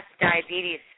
diabetes